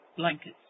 Blankets